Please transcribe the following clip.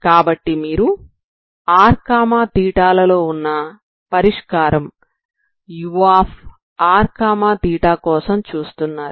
కాబట్టి మీరు rθ లలో వున్న పరిష్కారం urθ కోసం చూస్తున్నారు